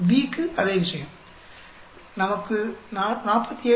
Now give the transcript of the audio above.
B க்கு அதே விஷயம் நமக்கு 47